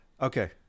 Okay